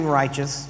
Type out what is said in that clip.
righteous